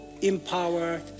empower